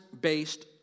based